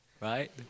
right